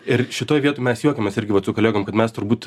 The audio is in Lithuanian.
ir šitoj vietoj mes juokiamės irgi vat su kolegom kad mes turbūt